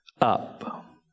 up